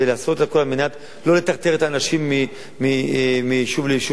ולעשות הכול כדי שלא לטרטר את האנשים מיישוב ליישוב